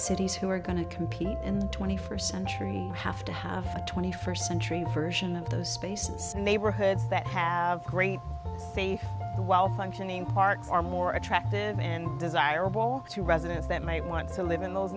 cities who are going to compete in the twenty first century have to have a twenty first century version of those spaces in neighborhoods that have great faith while functioning parks are more attractive man desirable to residents that might want to live in those